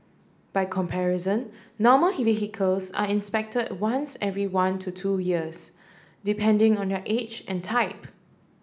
by comparison normal are inspected once every one to two years depending on their age and type